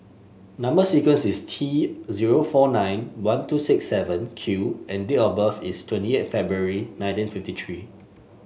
number sequence is T zero four nine one two six seven Q and date of birth is twenty eight February nineteen fifty three